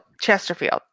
Chesterfield